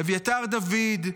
אביתר דוד,